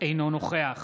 אינו נוכח